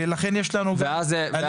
ולכן יש לנו אלימות,